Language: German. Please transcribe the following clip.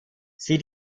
sie